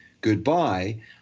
goodbye